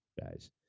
guys